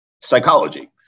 psychology